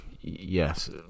Yes